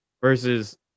versus